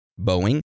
Boeing